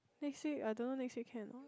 next week I don't know next week can or not